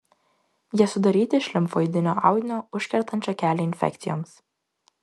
jie sudaryti iš limfoidinio audinio užkertančio kelią infekcijoms